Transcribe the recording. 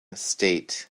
state